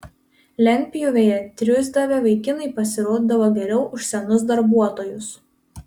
lentpjūvėje triūsdavę vaikinai pasirodydavo geriau už senus darbuotojus